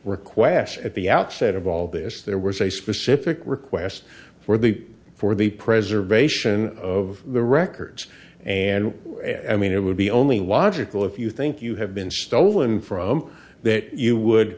request at the outset of all this there was a specific request for the for the preservation of the records and i mean it would be only watch it will if you think you have been stolen from that you would